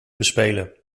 bespelen